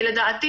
לדעתי,